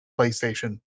PlayStation